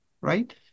right